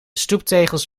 stoeptegels